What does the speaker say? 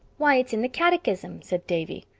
why, it's in the catechism, said davy.